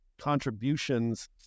contributions